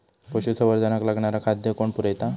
पशुसंवर्धनाक लागणारा खादय कोण पुरयता?